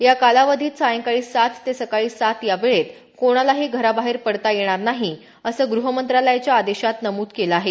या कालावधीत सायंकाळी सात ते सकाळी सात या वेळेत कोणालाही घराबाहेर पडता येणार नाही असं गुहमंत्रालयाच्या आदेशात नमूद केलं आहे